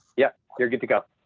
yeah, you're good to go.